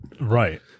right